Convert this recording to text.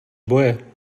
boje